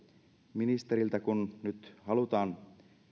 ministeriltä kun nyt halutaan